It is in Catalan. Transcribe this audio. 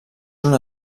una